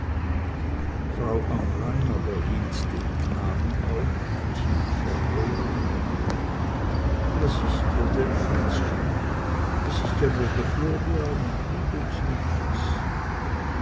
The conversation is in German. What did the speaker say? frau amrain aber hielt den knaben auf tief errötend und rief was ist dir denn fritzchen es ist ja nur der florian und tut uns nichts